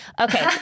Okay